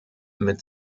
mit